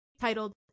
titled